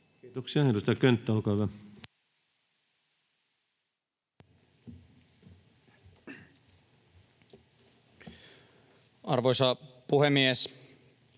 Kiitoksia. — Edustaja Mäenpää, olkaa hyvä. Arvoisa puhemies!